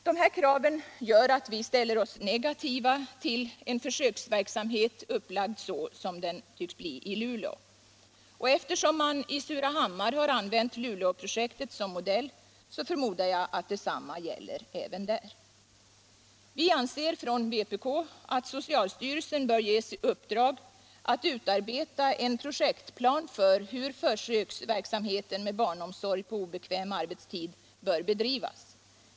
Dessa krav gör att vi ställer oss negativa till en försöksverksamhet som är upplagd så som den i Luleå, och eftersom man i Surahammar har använt Luleå-projektet som modell förmodar jag att detsamma gäller även för denna verksamhet. Vi anser från vpk att socialstyrelsen bör ges i uppdrag att utarbeta en projektplan för hur försöksverksamheten med barnomsorg på obekväm arbetstid bör bedrivas.